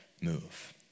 move